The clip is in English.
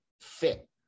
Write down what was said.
fit